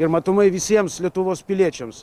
ir matomai visiems lietuvos piliečiams